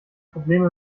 probleme